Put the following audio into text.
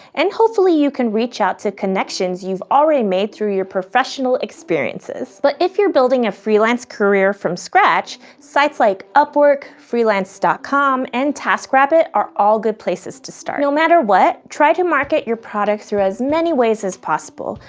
and hopefully you can reach out to connections you've already made through your professional experiences. but if you're building a freelance career from scratch, sites like upwork, freelance dot com and taskrabbit are all good places to start. no matter what, try to market your product through as many ways as possible,